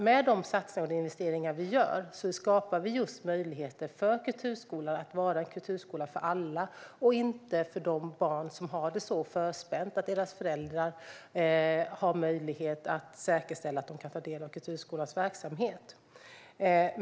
Med de satsningar och investeringar vi gör skapar vi möjligheter för kulturskolan att vara en kulturskola för alla och inte bara för de barn som har det så väl förspänt att deras föräldrar har möjlighet att säkerställa att de kan ta del av kulturskolans verksamhet.